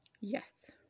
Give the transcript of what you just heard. Yes